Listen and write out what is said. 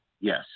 Yes